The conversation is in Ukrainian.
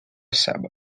себе